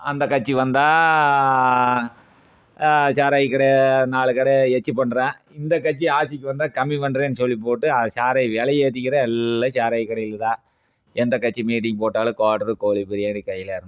அந்த கட்சி வந்தால் சாராய கடை நாலு கடை எச்சு பண்ணுறான் இந்த கட்சி ஆட்சிக்கு வந்தால் கம்மி பண்ணுறேன்னு சொல்லி போட்டு அது சாராய விலைய ஏற்றிக்கிறான் எல்லா சாராய கடையில் தான் எந்த கட்சி மீட்டிங் போட்டாலும் கோட்ரு கோழி பிரியாணி கையில் இரநூறுவா